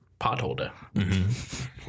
potholder